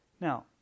Now